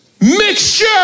Mixture